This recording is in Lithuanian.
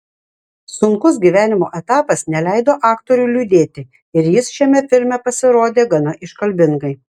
sunkus gyvenimo etapas neleido aktoriui liūdėti ir jis šiame filme pasirodė gana iškalbingai